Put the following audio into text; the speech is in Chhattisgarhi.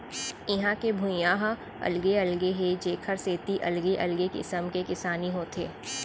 इहां के भुइंया ह अलगे अलगे हे जेखर सेती अलगे अलगे किसम के किसानी होथे